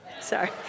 Sorry